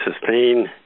sustain